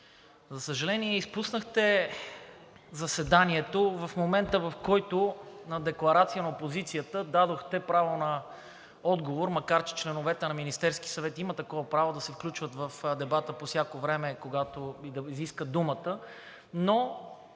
За съжаление, изпуснахте заседанието в момента, в който на декларацията на опозицията дадохте право на отговор, макар че членовете на Министерския съвет имат право да се включват в дебата по всяко време и да искат думата.